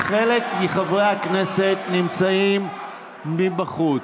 חלק מחברי הכנסת נמצאים בחוץ.